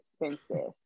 expensive